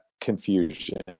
confusion